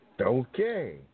Okay